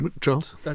Charles